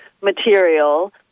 material